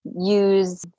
use